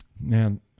Man